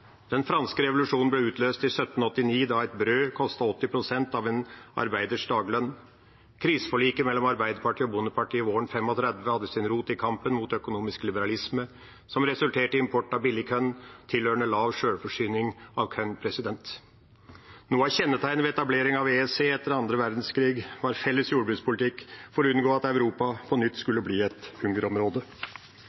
Den franske revolusjonen ble utløst i 1789, da et brød kostet 80 pst. av en arbeiders daglønn. Kriseforliket mellom Arbeiderpartiet og Bondepartiet våren 1935 hadde sin rot i kampen mot økonomisk liberalisme, som resulterte i import av billig korn og tilhørende lav sjølforsyning av korn. Noe av kjennetegnet ved etableringen av EEC etter andre verdenskrig var en felles jordbrukspolitikk for å unngå at Europa på nytt